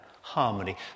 Harmony